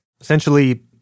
Essentially